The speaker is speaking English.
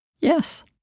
Yes